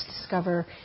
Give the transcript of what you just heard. discover